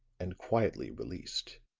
and quietly released.